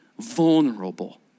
vulnerable